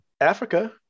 Africa